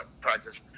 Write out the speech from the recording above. practice